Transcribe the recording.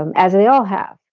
um as they all have.